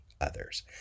others